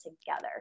together